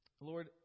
Lord